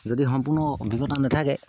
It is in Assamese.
যদি সম্পূৰ্ণ অভিজ্ঞতা নেথাকে